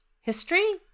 history